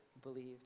believed